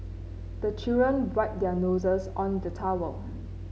the children wipe their noses on the towel